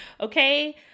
Okay